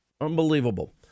Unbelievable